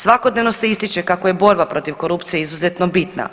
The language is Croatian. Svakodnevno se ističe kako je borba protiv korupcije izuzetno bitna.